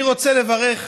אני רוצה לברך,